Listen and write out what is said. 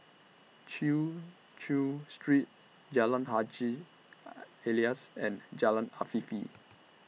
Chin Chew Street Jalan Haji Alias and Jalan Afifi